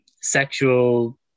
sexual